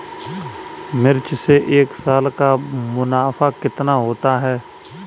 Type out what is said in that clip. मिर्च से एक साल का मुनाफा कितना होता है?